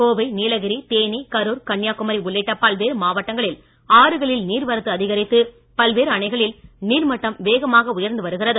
கோவை நீலகிரி தேனி கரூர் கன்னியாகுமரி உள்ளிட்ட பல்வேறு மாவட்டங்களில் ஆறுகளில் நீர்வரத்து அதிகரித்து பல்வேறு அணைகளில் நீர்மட்டம் வேகமாக உயர்ந்து வருகிறது